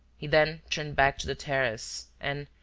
he then turned back to the terrace and,